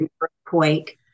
earthquake